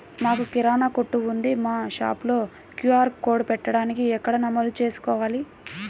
మాకు కిరాణా కొట్టు ఉంది మా షాప్లో క్యూ.ఆర్ కోడ్ పెట్టడానికి ఎక్కడ నమోదు చేసుకోవాలీ?